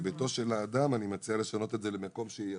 "לביתו של האדם" אני מציע לשנות "למקום שהייתו",